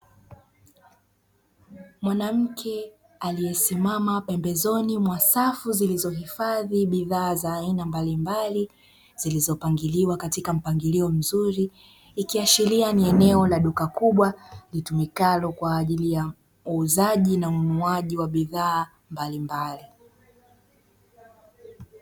Mwanamke aliyesimama pembezoni mwa safu zilizohifadhi bidhaa za aina mbalimbali, zilizopangiliwa katika mpangilio mzuri ikiashiria ni eneo la duka kubwa litumikalo kwa ajili ya uuzaji na ununuaji wa bidhaa mbalimbali.